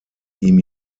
ihm